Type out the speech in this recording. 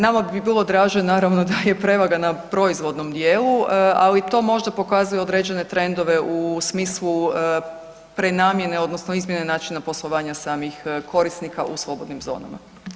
Nama bi bilo draže naravno da je prevaga na proizvodnom djelu a to možda pokazuje određene trendove u smislu prenamjene odnosno izmjene načina poslovanja samih korisnika u slobodnim zonama.